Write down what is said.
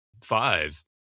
five